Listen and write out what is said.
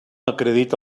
acredita